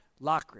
Lockridge